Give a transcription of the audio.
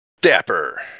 Dapper